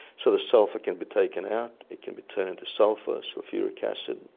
so the sulphur can be taken out, it can be turned into sulphur, sulphuric acid,